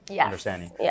understanding